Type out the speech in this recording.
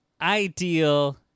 ideal